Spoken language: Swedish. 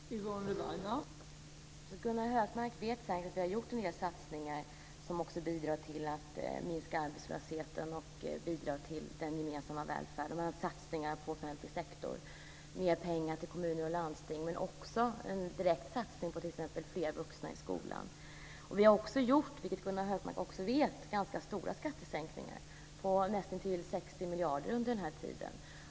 Fru talman! Gunnar Hökmark vet att vi har gjort en del satsningar som bidrar till att minska arbetslösheten och till den gemensamma välfärden. Det har gjorts satsningar på offentlig sektor, och det har anvisats mer pengar till kommuner och landsting. Vi har också gjort en direkt satsning på t.ex. fler vuxna i skolan. Vi har, som Gunnar Hökmark också vet, gjort ganska stora skattesänkningar på i det närmaste 60 miljarder under mandatperioden.